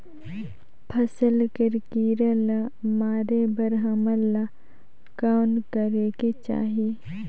फसल कर कीरा ला मारे बर हमन ला कौन करेके चाही?